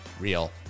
real